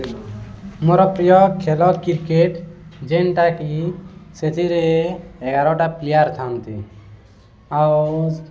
ମୋର ପ୍ରିୟ ଖେଳ କ୍ରିକେଟ ଯେଉଁଥିରେକି ସେଥିରେ ଏଗାରଟା ପ୍ଲେୟାର ଥାଆନ୍ତି ଆଉ